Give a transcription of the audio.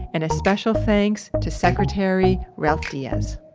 and a special thanks to secretary ralph diaz.